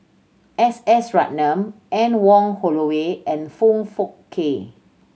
S S Ratnam Anne Wong Holloway and Foong Fook Kay